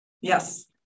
Yes